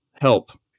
help